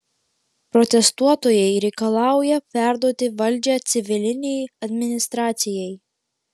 protestuotojai reikalauja perduoti valdžią civilinei administracijai